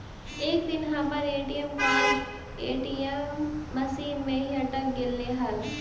एक दिन हमर ए.टी.एम कार्ड ए.टी.एम मशीन में ही अटक गेले हल